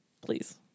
Please